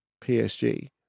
psg